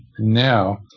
now